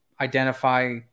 identify